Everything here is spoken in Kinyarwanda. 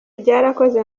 byarakozwe